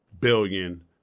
billion